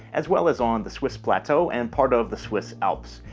as well as on the swiss plateau and part of the swiss alps.